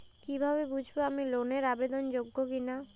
কীভাবে বুঝব আমি লোন এর আবেদন যোগ্য কিনা?